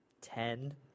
ten